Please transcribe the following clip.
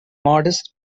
modest